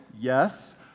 Yes